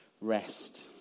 rest